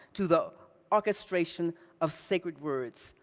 to the orchestration of sacred words,